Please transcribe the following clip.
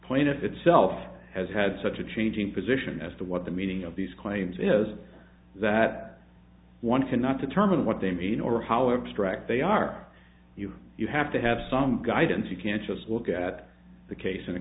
plaintiff itself has had such a changing position as to what the meaning of these claims is that one cannot determine what they mean or however stracke they are you you have to have some guidance you can't just look at the case in